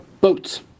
boats